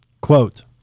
Quote